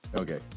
Okay